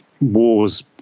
wars